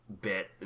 bit